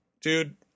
Dude